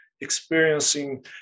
experiencing